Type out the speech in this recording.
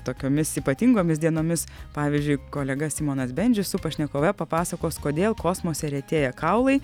tokiomis ypatingomis dienomis pavyzdžiui kolega simonas bendžius su pašnekove papasakos kodėl kosmose retėja kaulai